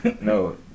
No